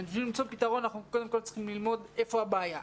בשביל למצוא פתרון אנחנו קודם כול צריכים ללמוד איפה הבעיה.